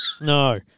No